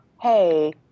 hey